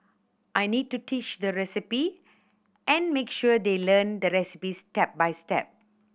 I need to teach the recipe and make sure they learn the recipes step by step